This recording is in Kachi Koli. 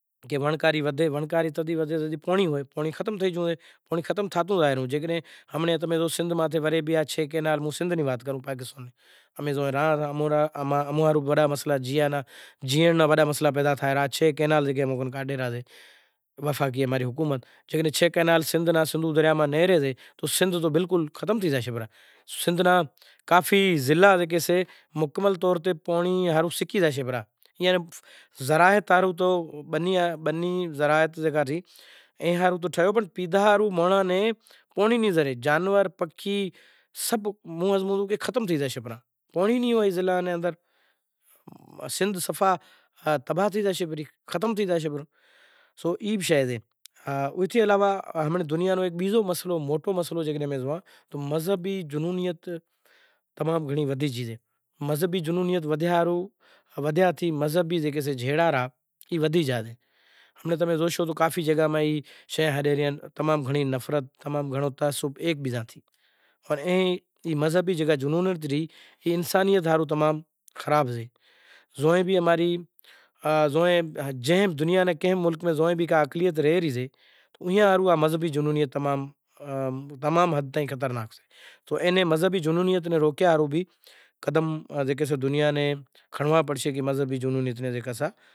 ہوے ضرورت سے اماں نیں کہ ونڑکاری ودھے ونڑکاری تڈی ودھے شگھے جڈی پانڑی ہوئے پانڑی تو ختم تھے گیو سے تھاتو زائے، ایوی پراسرار بیماریاں ناں بیزے دفعا آیا ناں خطرا اوبھا سیں، اینی وارننگ جاں خبردار کریاں ہاروں انٹرنیشنل ادارا کہی ریا، جیکڈینہں ایوی بیماریوں ناں روکنڑ ہاروں دنیا نیں کوشش کرنووی پڑشے۔ دنیا میں کرونا رے کرے معاشئ حالات خراب تھیا دنیا میں بوکھ ودھی بیروزگاری ودھی تو بیہر کرونا نی بیماری جیوی بیزی کو بیماری وائرس کو آوے توموں ہمزوں کہ دنیا میں بوکھ بیماری ودھی زاشے دنا ناں حالات خراب تھے زاشیں، کلائیمونٹ چینج نے کرے امیں گرمی نی وات کراں تو گرمی زام ودھی زاشے۔ امیں زوئے راں سندھ میں چھے کئنال ماں کاڈھے ریا اماں ری وفاقی حکومت، زے چھے کئنال نیہکری گیا تو پوری سندھ ختم تھئی زاشے پرہی۔ پانڑی لا تو سکی زاشیں پرہا۔ مذہبی جنونیت تمام خطرناک سے